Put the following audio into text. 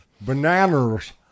Bananas